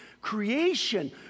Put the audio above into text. Creation